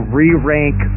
re-rank